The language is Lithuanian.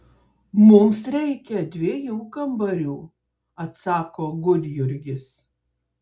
mums reikia dviejų kambarių atsako gudjurgis